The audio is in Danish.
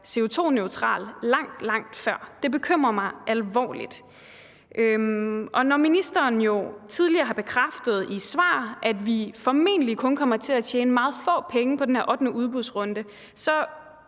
CO₂-neutral langt, langt før. Det bekymrer mig alvorligt. Når ministeren tidligere har bekræftet i et svar, at vi formentlig kun kommer til at tjene meget få penge på den her ottende udbudsrunde,